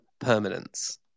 permanence